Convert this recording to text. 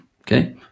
Okay